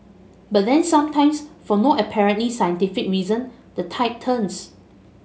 but then sometimes for no apparently scientific reason the tide turns